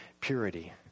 purity